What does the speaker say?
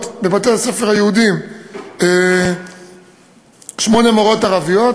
בבתי-הספר היהודיים שמונה מורות ערביות,